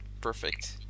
Perfect